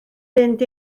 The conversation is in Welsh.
fynd